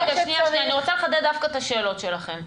אני רוצה לחדד דווקא את השאלות שלכם,